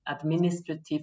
administrative